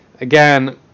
again